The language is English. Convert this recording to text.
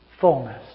fullness